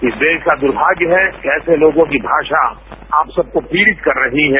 इस देश का दूर्भाग्य है ऐसे लोगों की भाषा आप सब को पीडित कर रही है